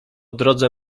drodze